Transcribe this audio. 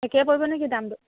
একেই পৰিব নেকি দামটো